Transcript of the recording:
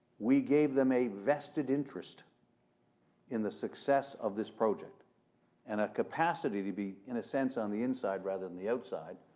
we gave them a vested interest in the success of this project and a capacity to be, in a sense, on the inside rather than the outside.